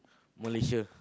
Malaysia